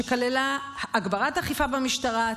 שכללה הגברת אכיפה במשטרה,